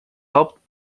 helped